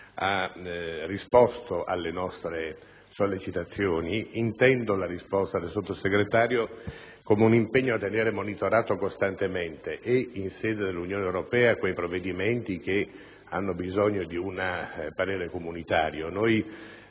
ha risposto alle nostre sollecitazioni. Intendo la risposta del Sottosegretario come un impegno a tenere monitorati costantemente in sede di Unione europea quei provvedimenti che hanno bisogno di un parere comunitario. Le